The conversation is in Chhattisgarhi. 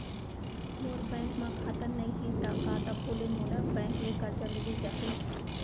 मोर बैंक म खाता नई हे त का तभो ले मोला बैंक ले करजा मिलिस जाही?